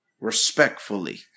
respectfully